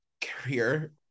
career